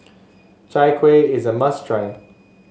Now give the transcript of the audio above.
Chai Kueh is a must try